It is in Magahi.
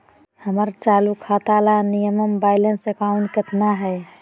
हमर चालू खाता ला मिनिमम बैलेंस अमाउंट केतना हइ?